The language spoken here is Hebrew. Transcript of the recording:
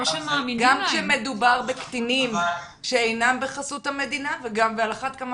גם כשמדובר בקטינים שאינם בחסות המדינה ועל אחת כמה